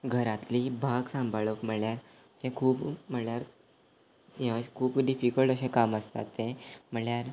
घरातली बाग सांबाळप म्हळ्ळ्यार तें खूब म्हळ्ळ्यार सी अश खूब डिफिकल्ट अशें काम आसता तें म्हळ्ळ्यार